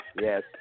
yes